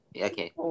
Okay